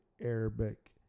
Arabic